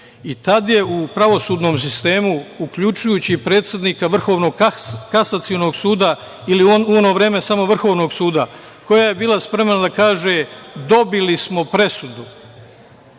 I tad je u pravosudnom sistemu, uključujući i predsednika Vrhovnog kasacionog suda ili u ono vreme samo Vrhovnog suda, koja je bila spremna da kaže - dobili smo presudu.